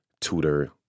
tutor